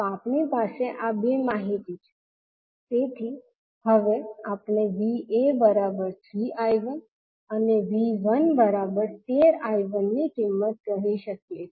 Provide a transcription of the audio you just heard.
તો આપણી પાસે આ બે માહિતી છે તેથી હવે આપણે 𝐕𝑎 3𝐈1 અને 𝐕1 13𝐈1 ની કિંમત કહી શકીએ